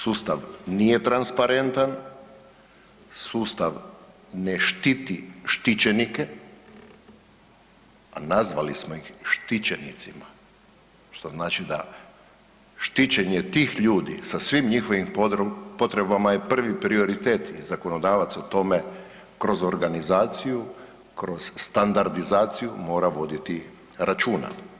Sustav nije transparentan, sustav ne štiti štićenike, a nazvali smo ih štićenicima, što znači da štićenje tih ljudi sa svim njihovim potrebama je prvi prioritet i zakonodavac o tome kroz organizaciju, kroz standardizaciju mora voditi računa.